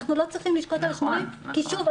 אנחנו לא צריכים לשקוט על השמרים כי שוב,